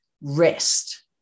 rest